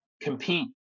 compete